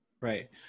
Right